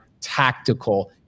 tactical